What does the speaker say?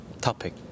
topic